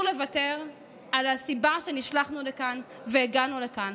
לוותר על הסיבה שנשלחנו לכאן והגענו לכאן.